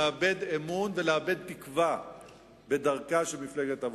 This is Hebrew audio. לאבד אמון ולאבד תקווה בדרכה של מפלגת העבודה.